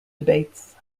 debates